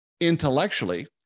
intellectually